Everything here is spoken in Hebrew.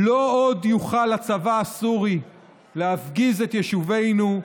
"לא עוד יוכל הצבא הסורי להפגיז את יישובינו,